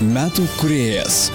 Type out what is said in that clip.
metų kūrėjas